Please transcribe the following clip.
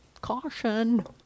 caution